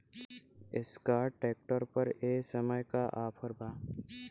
Escort tractor पर ए समय का ऑफ़र बा?